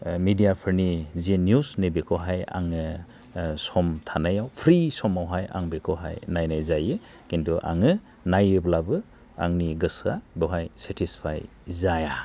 मेडियफोरनि जि निउस नै बेखौहाय आङो सम थानायाव फ्रि समावहाय आं बेखौहाय नायनाय जायो खिन्थु आङो नायोब्लाबो आंनि गोसोआ बहाय सेटिसफाइ जाया